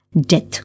death